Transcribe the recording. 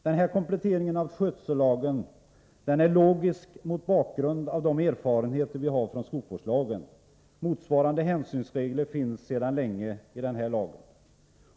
Den här kompletteringen av skötsellagen är logisk mot bakgrund av de erfarenheter vi har av skogsvårdslagen. Motsvarande hänsynsregler finns sedan länge i den lagen.